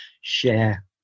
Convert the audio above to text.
share